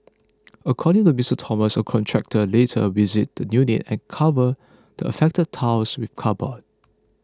according to Mister Thomas a contractor later visited the unit and covered the affected tiles with cardboard